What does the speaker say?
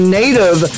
native